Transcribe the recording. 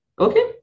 Okay